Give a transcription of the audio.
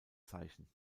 zeichen